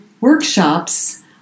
workshops